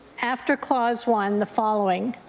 after clause one, the following,